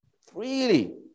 freely